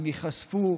הם ייחשפו,